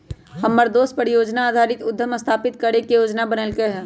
हमर दोस परिजोजना आधारित उद्यम स्थापित करे के जोजना बनलकै ह